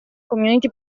community